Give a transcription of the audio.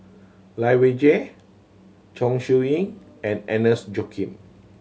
Lai Weijie Chong Siew Ying and Agnes Joaquim